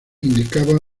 indicaba